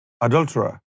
adulterer